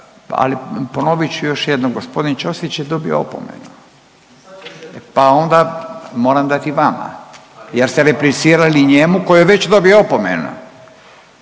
ali ponovit ću još jednom gospodin Ćosić je dobio opomenu, pa onda moram dati i vama jer ste replicirali njemu koji je već dobio opomenu.